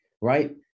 right